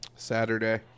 Saturday